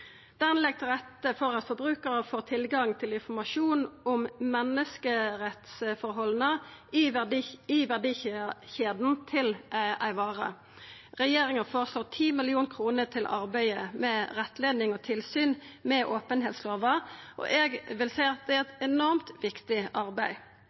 legg til rette for at forbrukarar får tilgang til informasjon om menneskerettsforholda i verdikjeda til ei vare. Regjeringa har føreslått 10 mill. kr til arbeidet med rettleiing og tilsyn med openheitslova, og eg vil seia det er